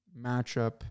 matchup